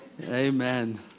Amen